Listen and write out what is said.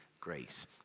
grace